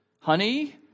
honey